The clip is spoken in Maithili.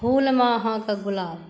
फूलमे अहाँके गुलाब